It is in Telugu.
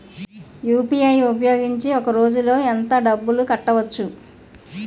యు.పి.ఐ ఉపయోగించి ఒక రోజులో ఎంత డబ్బులు కట్టవచ్చు?